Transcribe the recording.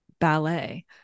ballet